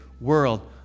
world